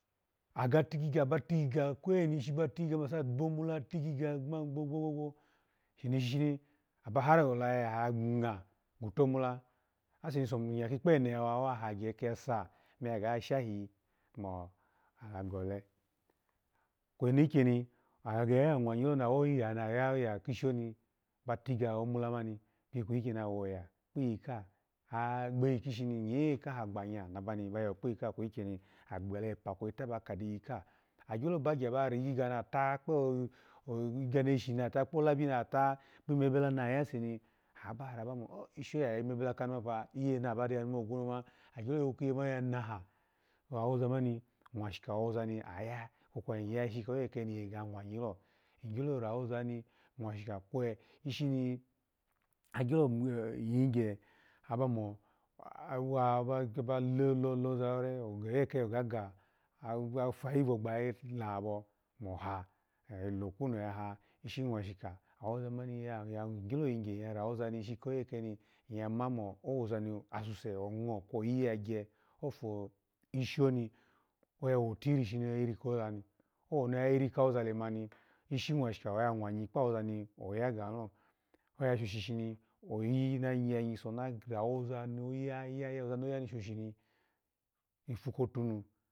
Aga tigig aba tigiga, ba tigiga, kuce nishi babomula tigiga gbogbogbo, eno shi shi kwe ola yayaha ingulo, kwutomola ase ni sonya kikpo ene me wa shahayi mo aha gole, kweno ikyeni aya gegoya mwa nyi loni owoya naya ki shoni ba tiga omola mani naha woya kpiyi ka ha kpishi nye kaha gba nya nabani ba ya wo kpiyi ka hama nagbela epa kwe eta aba ka kpiyi ka, agyo bagye a ba rigi ga nato kpo igiga reshi kpo labi ta imebela na yaseni aba ra bvamo ishi oye alabo kime bela kamu mani pa iye na ba yanu man, ogwu kpanu ni yo ma oya naha, awoza man mwashika wawoza aba ku iya ishi koyi ke ni iyo gagu ya mwanyi lo, igyolo ra wozani mwashika kwe ishini agyo iyigye aba mo awa, aba loza rore oyileke oga ga aba fayibo gbayayi laba oha, oya lokunu ya ha, ishi mwashika awoza mani, igyo lo yigye awoza mani iya ra ishi kayile keni, iya ma mo asuse ongo kwoyi ga gye ko fo ishi oni oya wo tiri oya yiri kozani owni oya yiri koza lemani, ishi mwashika oya mwa nyi kpawoza ni oya yanilo oya shoshi ni oyi na nyiso na ga gya woza ni shisheni noyaga ni shoshini ipu kotunu.